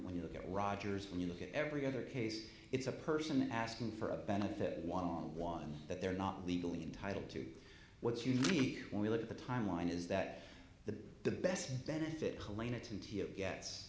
when you look at roger's when you look at every other case it's a person asking for a benefit and one on one that they're not legally entitled to what's unique when we look at the timeline is that the the best benefit